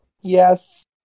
yes